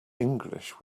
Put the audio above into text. english